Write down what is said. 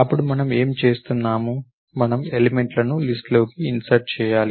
ఇప్పుడు మనం ఏమి చేస్తున్నాము మనము ఎలిమెంట్ల ను లిస్ట్ లోకి ఇన్సర్ట్ చేయాలి